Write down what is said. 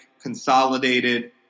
consolidated